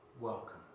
welcome